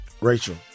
Rachel